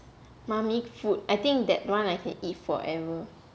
yes mummy food I think that one I can eat forever